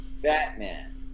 Batman